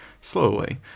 Slowly